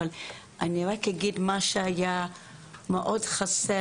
אני אגיד רק מה שהיה מאוד חסר,